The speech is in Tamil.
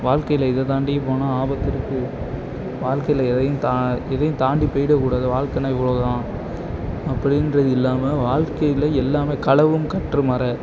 வாழ்க்கையில் இதை தாண்டி போனால் ஆபத்து இருக்குது வாழ்க்கையில் எதையும் தான் எதையும் தாண்டி போய்விட கூடாது வாழ்க்கனா இவ்வளோதான் அப்படின்றது இல்லாமல் வாழ்க்கையில் எல்லாமே களவும் கற்று மற